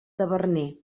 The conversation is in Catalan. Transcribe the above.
taverner